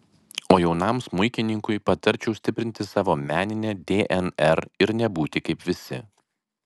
o jaunam smuikininkui patarčiau stiprinti savo meninę dnr ir nebūti kaip visi